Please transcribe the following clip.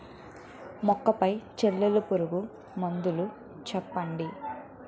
మొక్క పైన చల్లే పురుగు మందులు చెప్పండి?